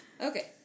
Okay